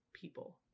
people